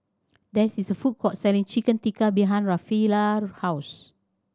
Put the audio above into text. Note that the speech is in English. there is a food court selling Chicken Tikka behind Rafaela house